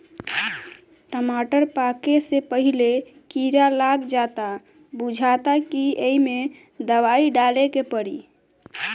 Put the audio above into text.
टमाटर पाके से पहिले कीड़ा लाग जाता बुझाता कि ऐइमे दवाई डाले के पड़ी